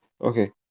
Okay